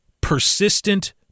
persistent